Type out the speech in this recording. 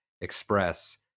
express